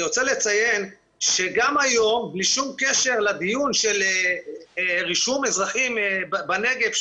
אני רוצה לציין שגם היום בלי שום קשר לדיון של רישום אזרחים בנגב,